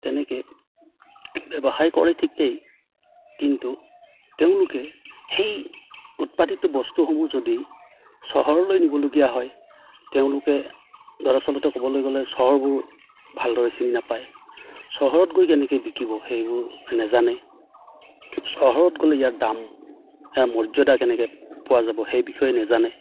তেনেকৈ ব্যৱসায় কৰে ঠিকেই কিন্তু তেওঁলোকে সেই উৎপাদিত বস্তুসমূহ যদি চহৰলৈ নিবলগীয়া হয় তেওঁলোকে দৰাচলতে ক'বলৈ গ'লে চহৰবোৰ ভালদৰে চিনি নাপায় চহৰত গৈ কেনেকৈ বিকিব সেইবোৰ নাজানে চহৰত গ'লে ইয়াৰ দাম ইয়াৰ মৰ্যদা কেনেকৈ পোৱা যাব সেই বিষয়ে নাজানে